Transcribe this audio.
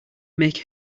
make